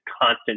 constant